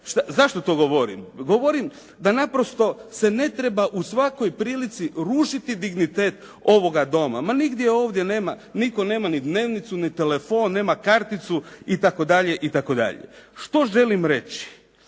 Zašto to govorim? Govorim da naprosto se ne treba u svakoj prilici rušiti dignitet ovoga doma. Ma nigdje ovdje nema, nitko nema ni dnevnicu, ni telefon, nema ni karticu itd. Što želim reći?